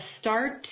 start